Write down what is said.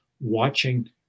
watching